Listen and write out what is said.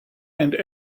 and